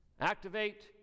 activate